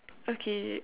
okay